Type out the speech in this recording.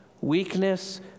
weakness